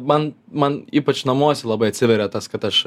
man man ypač namuose labai atsiveria tas kad aš